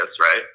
right